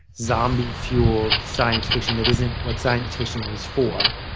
zombie fueled science fiction that isn't what science fiction was for.